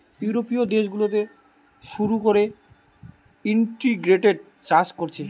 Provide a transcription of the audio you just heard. ইউরোপীয় দেশ গুলাতে শুরু কোরে ইন্টিগ্রেটেড চাষ কোরছে